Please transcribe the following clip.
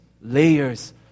layers